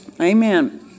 Amen